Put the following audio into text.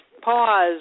pause